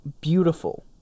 beautiful